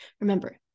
Remember